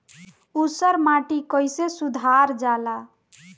ऊसर माटी कईसे सुधार जाला?